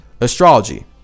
Astrology